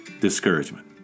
Discouragement